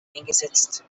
eingesetzt